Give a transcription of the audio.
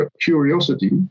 curiosity